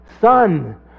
son